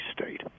state